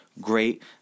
great